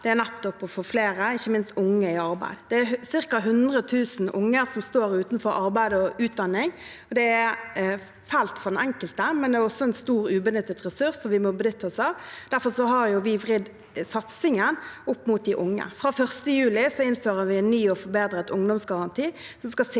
av, er nettopp å få flere, ikke minst unge, i arbeid. Det er ca. 100 000 unge som står utenfor arbeid og utdanning. Det er fælt for den enkelte, men det er også en stor ubenyttet ressurs som vi må benytte oss av. Derfor har vi vridd satsingen mot de unge. Fra 1. juli innfører vi en ny og forbedret ungdomsgaranti, som skal sikre